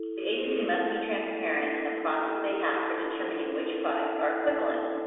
the agency must be transparent in the process they have for determining which products are equivalent.